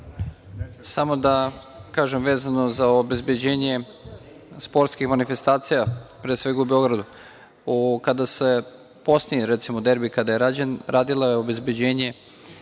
Samo da kažem vezano za obezbeđenje sportskih manifestacija pre svega u Beogradu. Recimo, poslednji derbi kada je rađen, radilo je obezbeđenje